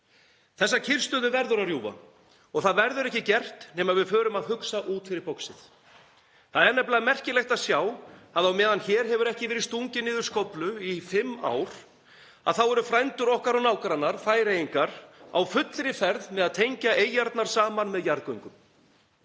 Þessa kyrrstöðu verður að rjúfa og það verður ekki gert nema við förum að hugsa út fyrir boxið. Það er nefnilega merkilegt að sjá að á meðan hér hefur ekki verið stungið niður skóflu í fimm ár þá eru frændur okkar og nágrannar, Færeyingar, á fullri ferð að tengja eyjarnar saman með jarðgöngum.